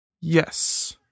Yes